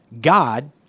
God